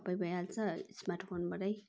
सबै भइहाल्छ स्मार्ट फोनबाटै